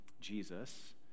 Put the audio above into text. Jesus